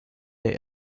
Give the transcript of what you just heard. der